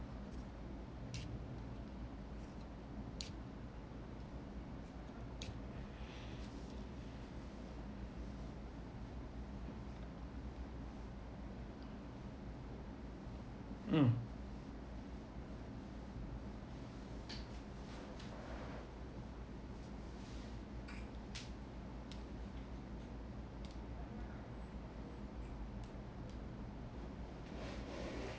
um